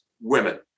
Women